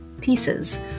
pieces